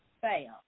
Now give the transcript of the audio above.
fail